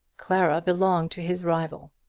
clara belonged to his rival,